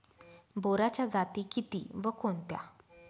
बोराच्या जाती किती व कोणत्या?